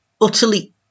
utterly